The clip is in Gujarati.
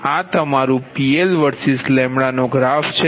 તેથી આ તમારું PL vs ગ્રાફ છે